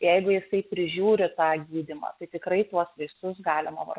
jeigu jisai prižiūri tą gydymą tai tikrai juos vaistus galima